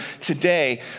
today